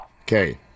Okay